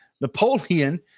Napoleon